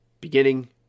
Beginning